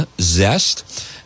zest